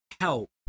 help